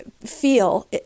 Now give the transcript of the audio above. feel